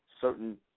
certain